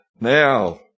Now